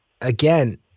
again